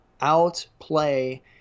outplay